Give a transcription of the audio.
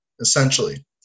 essentially